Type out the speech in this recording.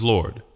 Lord